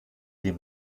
die